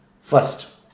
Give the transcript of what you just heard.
First